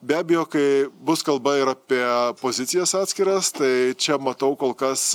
be abejo kai bus kalba ir apie pozicijas atskiras tai čia matau kol kas